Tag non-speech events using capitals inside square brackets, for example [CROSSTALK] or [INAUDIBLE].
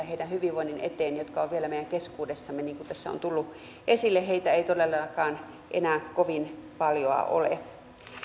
[UNINTELLIGIBLE] heidän hyvinvointinsa eteen jotka ovat vielä meidän keskuudessamme niin kuin tässä on tullut esille heitä ei todellakaan enää kovin paljoa ole